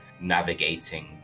navigating